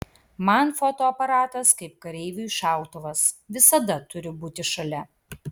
man fotoaparatas kaip kareiviui šautuvas visada turi būti šalia